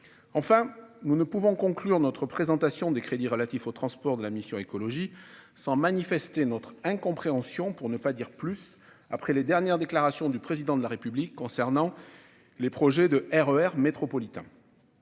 Enfin, nous ne pouvons conclure notre présentation des crédits relatifs aux transports de la mission « Écologie, développement et mobilité durables » sans manifester notre incompréhension, pour ne pas dire plus, après les dernières déclarations du Président de la République concernant les projets de RER métropolitains.